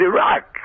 Iraq